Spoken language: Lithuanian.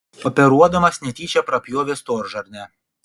operuodamas netyčia prapjovė storžarnę